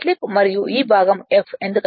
మరియు ఈ భాగం f ఎందుకంటే ns 120 f P